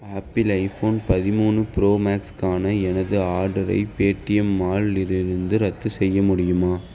apple iPhone பதிமூணு pro மேக்ஸ்க்கான எனது ஆர்டரை பேடிஎம் மால்லிருந்து ரத்து செய்ய முடியுமா